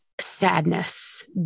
sadness